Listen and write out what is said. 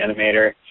animator